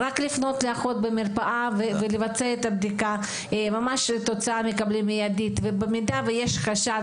זה רק לפנות לאחות במרפאה ולבצע את הבדיקה ובמידה ויש חשד